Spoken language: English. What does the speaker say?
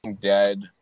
dead